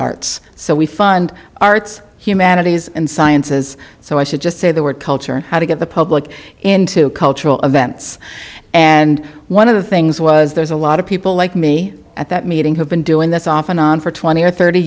arts so we fund arts humanities and sciences so i should just say the word culture how to get the public into cultural event yes and one of the things was there's a lot of people like me at that meeting who've been doing this off and on for twenty or thirty